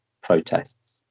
protests